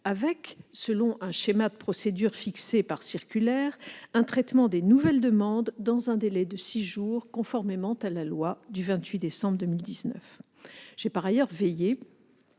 avec, selon un schéma de procédure fixé par circulaire, un traitement des nouvelles demandes dans un délai de six jours, conformément à la loi du 28 décembre 2019. J'ai par ailleurs veillé